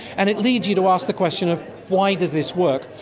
and it leads you to ask the question of why does this work.